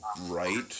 right